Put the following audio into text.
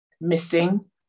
missing